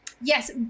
Yes